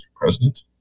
President